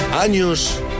años